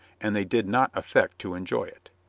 and they did not affect to enjoy it.